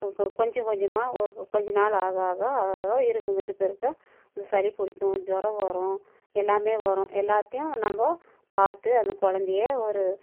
கொ கொ கொஞ்சம் கொஞ்சமாக ஒரு கொஞ்ச நாள் ஆக ஆக ஆக இருக்க இருக்க இருக்க இந்த சளி பிடிக்கும் ஜுரம் வரும் எல்லாமே வரும் எல்லாத்தையும் நம்ம பார்த்து அந்த குழந்தைய ஒரு